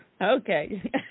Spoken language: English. Okay